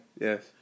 Yes